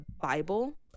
Bible